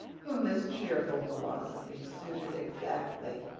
whom this cheerful philosophy suited exactly,